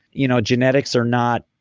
you know genetics are not.